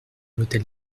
l’hôtel